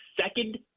second